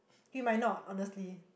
he might not honestly